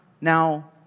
now